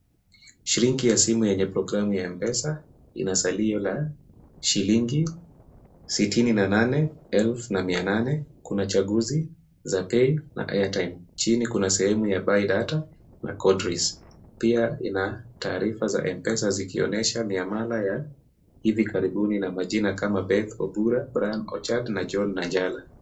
Skrini ya simu yenye programu ya M-Pesa ina salio la shilingi sitini na nane elfu na mia nane. Kuna chaguzi za pay na airtime . Chini kuna sehemu ya buy data na code risk . Pia ina taarifa za M-Pesa zikionyesha miamala ya hivi karibuni na majina kama Beth Ogura, Bram Ochat, na John Nanjala.